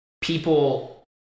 people